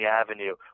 Avenue